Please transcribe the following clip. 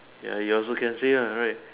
ya you also can say ya right